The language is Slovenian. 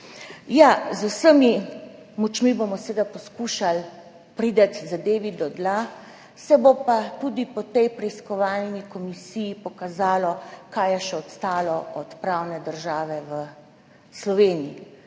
Ja, z vsemi močmi bomo seveda poskušali priti zadevi do dna, se bo pa tudi po tej preiskovalni komisiji pokazalo, kaj je v Sloveniji še ostalo od pravne države. Naj